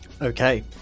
okay